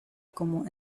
como